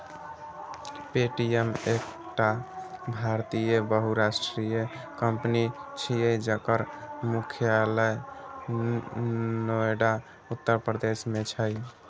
Paytm एकटा भारतीय बहुराष्ट्रीय कंपनी छियै, जकर मुख्यालय नोएडा, उत्तर प्रदेश मे छै